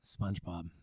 SpongeBob